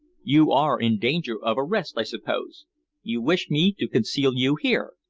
you are in danger of arrest, i suppose you wish me to conceal you here?